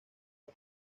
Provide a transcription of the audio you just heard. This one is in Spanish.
con